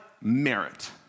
merit